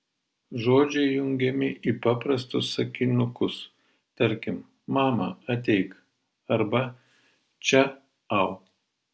žodžiai jungiami į paprastus sakinukus tarkim mama ateik arba čia au